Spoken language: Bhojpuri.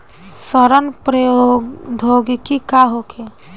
सड़न प्रधौगकी का होखे?